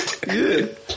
Good